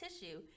tissue